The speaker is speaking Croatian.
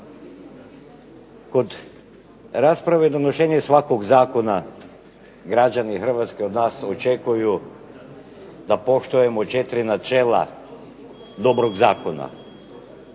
Kod rasprave donošenja svakog zakona građani Hrvatske od nas očekuju da poštujemo 4 načela dobrog zakona.